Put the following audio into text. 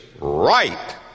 right